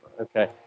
Okay